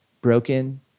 Broken